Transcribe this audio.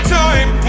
time